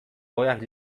oheak